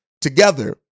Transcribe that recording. together